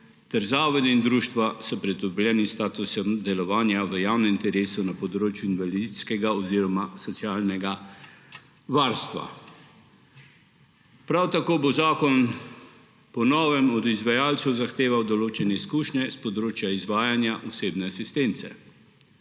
ter zavodi in društva s pridobljenim statusom delovanja v javnem interesu na področju invalidskega oziroma socialnega varstva. Prav tako bo zakon po novem od izvajalcev zahteval določene izkušnje s področja izvajanja osebne asistence.